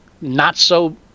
not-so-